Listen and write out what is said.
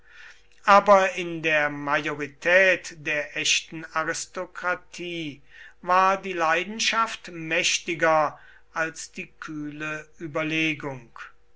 aber in der majorität der echten aristokratie war die leidenschaft mächtiger als die kühle überlegung